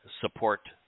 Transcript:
support